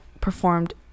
performed